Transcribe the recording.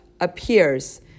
appears